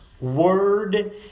word